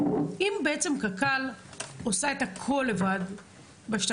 אם קק"ל עושה בשטחים שלה את הכול בעצמה,